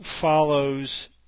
follows